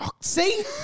See